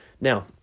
Now